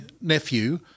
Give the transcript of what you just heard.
nephew